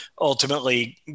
ultimately